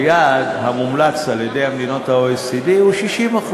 היעד המומלץ על-ידי מדינות ה-OECD הוא 60%,